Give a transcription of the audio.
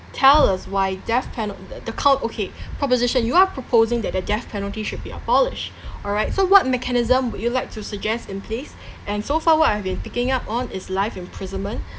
tell us why death penal~ the the okay proposition you are proposing that the death penalty should be abolished alright so what mechanism would you like to suggest in place and so far what I have been picking up on is life imprisonment